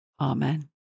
Amen